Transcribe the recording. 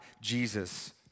Jesus